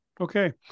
Okay